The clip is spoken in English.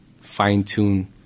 fine-tune